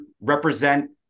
represent